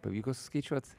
pavyko suskaičiuot